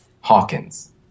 hawkins